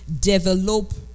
develop